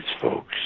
folks